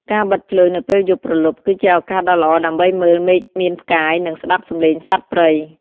ការបិទភ្លើងនៅពេលយប់ព្រលប់ គឺជាឱកាសដ៏ល្អដើម្បីមើល មេឃមានផ្កាយ និងស្តាប់សម្លេងសត្វព្រៃ។